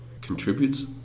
contributes